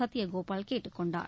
சத்யகோபால் கேட்டுக்கொண்டார்